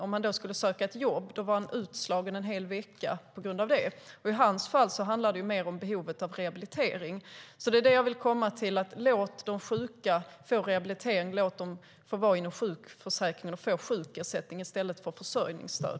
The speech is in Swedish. Om han skulle söka ett jobb var han utslagen en hel vecka på grund av det. I hans fall handlar det mer om behovet av rehabilitering. Det är detta jag vill komma till: Låt de sjuka få rehabilitering! Låt dem få vara inom sjukförsäkringen och få sjukersättning i stället för försörjningsstöd!